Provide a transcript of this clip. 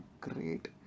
great